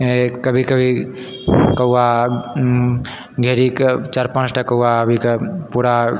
कभी कभी कौआ घेरिकऽ चारि पाँचटा कौआ आबिकऽ पूरा